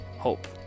hope